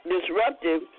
disruptive